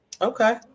Okay